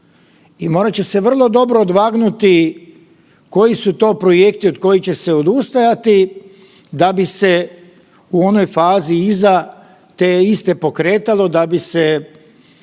i morat će se vrlo dobro odvagnuti koji su to projekti od kojih će se odustajati da bi se u onoj fazi iza te iste pokretalo da bi se